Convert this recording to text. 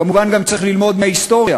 כמובן, גם צריך ללמוד מההיסטוריה,